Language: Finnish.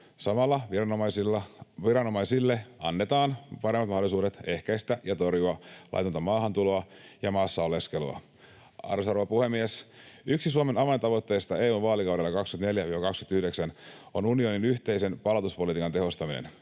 Samalla viranomaisille annetaan paremmat mahdollisuudet ehkäistä ja torjua laitonta maahantuloa ja maassa oleskelua. Arvoisa rouva puhemies! Yksi Suomen avaintavoitteista EU:n vaalikaudella 24—29 on unionin yhteisen palautuspolitiikan tehostaminen.